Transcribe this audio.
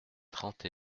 trente